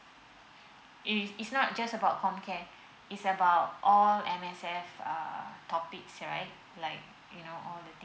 is It's not just about comcare It's about all M_S_F err topics here right like you know all the things